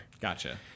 gotcha